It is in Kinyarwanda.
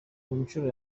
nshuro